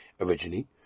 originally